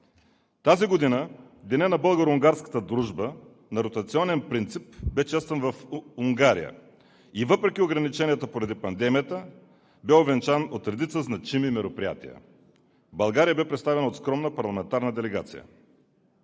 Тази година Денят на българо-унгарската дружба бе честван на ротационен принцип в Унгария, но въпреки ограниченията на пандемията бе увенчан от редица значими мероприятия. България бе представена от скромна парламентарна делегация.